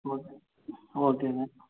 okay ஓகேங்க